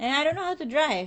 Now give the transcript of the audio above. and I don't know how to drive